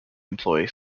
employ